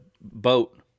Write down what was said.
boat